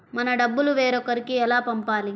మన డబ్బులు వేరొకరికి ఎలా పంపాలి?